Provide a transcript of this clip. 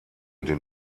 den